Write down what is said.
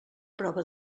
prova